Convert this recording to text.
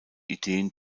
ideen